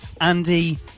Andy